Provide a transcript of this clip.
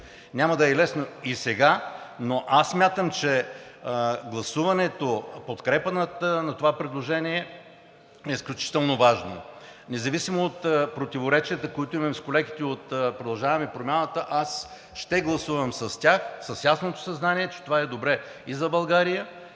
Няма да е лесно и сега, но аз смятам, че гласуването в подкрепа на това предложение е изключително важно. Независимо от противоречията, които имаме с колегите от „Продължаваме Промяната“, аз ще гласувам с тях с ясното съзнание, че това е добре и за България,